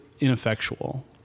ineffectual